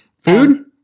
Food